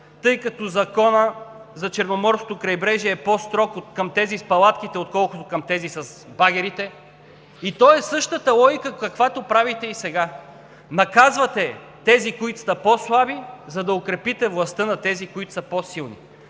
тъй като Законът за Черноморското крайбрежие е по-строг към тези с палатките, отколкото към тези с багерите. И то е същата логика, каквато правите и сега – наказвате тези, които са по-слаби, за да укрепите властта на тези, които са по-силни.